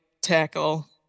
tackle